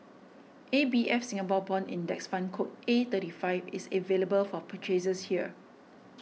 A B F Singapore Bond Index Fund code A thirty five is available for purchase here